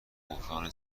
بحران